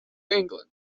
england